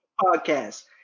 podcast